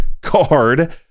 card